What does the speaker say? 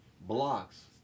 blocks